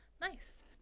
Nice